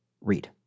read